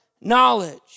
knowledge